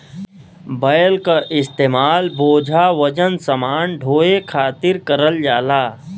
बैल क इस्तेमाल बोझा वजन समान ढोये खातिर करल जाला